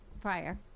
prior